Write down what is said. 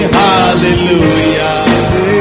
hallelujah